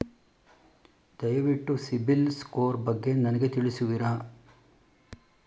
ದಯವಿಟ್ಟು ಸಿಬಿಲ್ ಸ್ಕೋರ್ ಬಗ್ಗೆ ನನಗೆ ತಿಳಿಸುವಿರಾ?